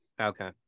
Okay